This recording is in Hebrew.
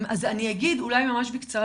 אז אגיד ממש בקצרה,